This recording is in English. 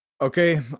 Okay